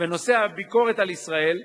בנושא הביקורת על ישראל,